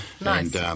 nice